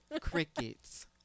Crickets